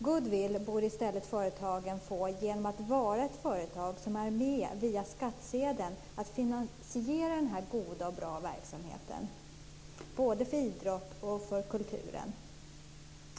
Goodwill borde företagen i stället få genom att vara företag som via skattsedeln är med och finansierar den här goda och bra verksamheten, både för idrotten och för kulturen.